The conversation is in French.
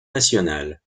nationale